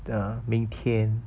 uh 明天